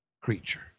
creature